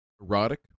erotic